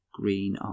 green